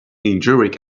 injuring